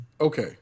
okay